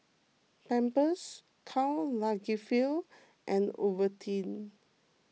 Pampers Karl Lagerfeld and Ovaltine